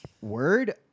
Word